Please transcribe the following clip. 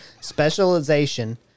specialization